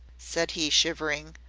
said he, shivering.